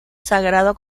sagrado